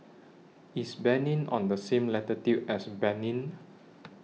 IS Benin on The same latitude as Benin